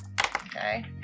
Okay